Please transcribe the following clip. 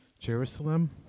Jerusalem